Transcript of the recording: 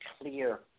clear